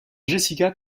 jessica